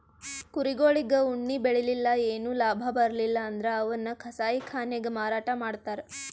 ಕುರಿಗೊಳಿಗ್ ಉಣ್ಣಿ ಬೆಳಿಲಿಲ್ಲ್ ಏನು ಲಾಭ ಬರ್ಲಿಲ್ಲ್ ಅಂದ್ರ ಅವನ್ನ್ ಕಸಾಯಿಖಾನೆಗ್ ಮಾರಾಟ್ ಮಾಡ್ತರ್